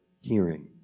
hearing